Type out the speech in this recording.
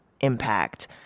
impact